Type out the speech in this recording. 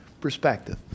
perspective